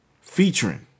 Featuring